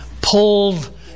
pulled